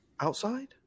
Outside